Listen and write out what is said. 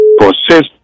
process